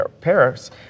Paris